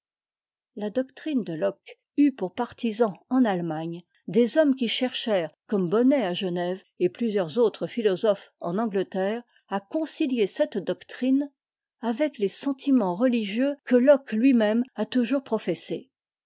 la doctrine de locke eut pour partisans en a ilemagne des hommes qui cherchèrent comme bonnet à genève et plusieurs autres philosophes en angleterre à concilier cette doctrine avec les nihit est in intellectu quod non fuerit in sensu msi intettectus ipse sentiments religieux que locke lui-même a toujours professés